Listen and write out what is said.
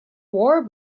war